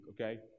okay